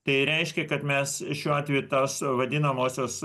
tai reiškia kad mes šiuo atveju tos vadinamosios